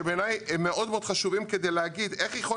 שבעיניי הם מאוד חשובים כדי להגיד איך יכול